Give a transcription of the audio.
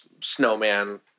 snowman